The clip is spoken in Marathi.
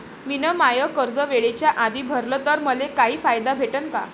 मिन माय कर्ज वेळेच्या आधी भरल तर मले काही फायदा भेटन का?